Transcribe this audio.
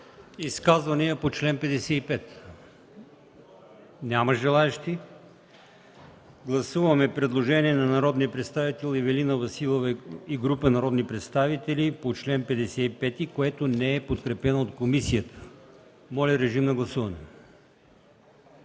изказвания по чл. 68? Няма желаещи. Гласуваме предложението на народния представител Ивелина Василева и група народни представители по чл. 68, което не е подкрепено от комисията. Моля, гласувайте.